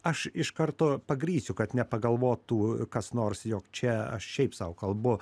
aš iš karto pagrįsiu kad nepagalvotų kas nors jog čia aš šiaip sau kalbu